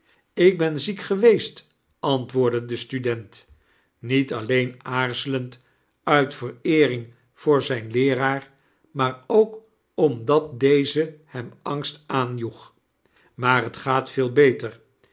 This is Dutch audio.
ik ben ziek geweest antwoordde de student niet alleen aarzelend uit vereering voor zijn leeraar maar ook omdat deze hem angst aanjoeg maar t gaat veel beter